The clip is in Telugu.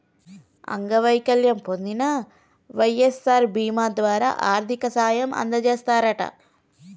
అంగవైకల్యం పొందిన వై.ఎస్.ఆర్ బీమా ద్వారా ఆర్థిక సాయం అందజేస్తారట